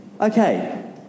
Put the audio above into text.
Okay